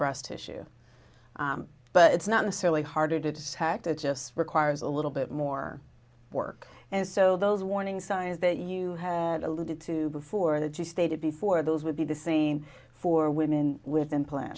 breast tissue but it's not necessarily harder to detect it just requires a little bit more work and so those warning signs that you had alluded to before that you stated before those would be the same for women with implant